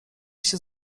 się